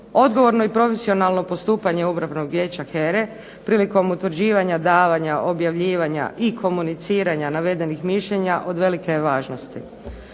Odgovorno i profesionalno postupanje obrambenog vijeća HERA-e, prilikom utvrđivanja davanja, objavljivanja i komuniciranja navedenih mišljenja od velike je važnosti.